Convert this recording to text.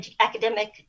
academic